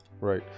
right